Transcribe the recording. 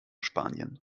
spanien